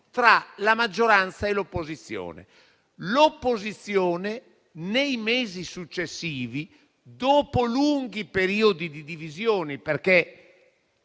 tra la maggioranza e l'opposizione. L'opposizione, nei mesi successivi, dopo lunghi periodi di divisioni -